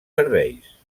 serveis